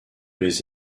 les